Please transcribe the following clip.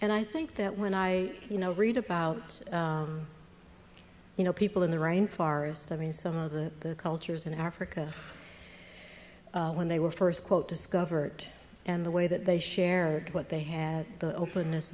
and i think that when i you know read about you know people in the rainforest i mean some of the cultures in africa when they were first quote discovered and the way that they shared what they had the openness